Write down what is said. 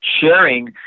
sharing